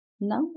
Now